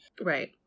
Right